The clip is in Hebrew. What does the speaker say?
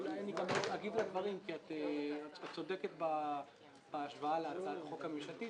את צודקת בהשוואה להצעת החוק הממשלתית